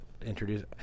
introduce